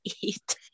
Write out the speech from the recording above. eat